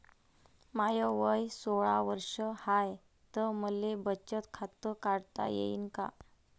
माय वय सोळा वर्ष हाय त मले बचत खात काढता येईन का?